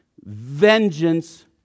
vengeance